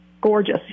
Gorgeous